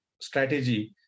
strategy